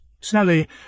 Sally